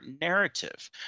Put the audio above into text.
narrative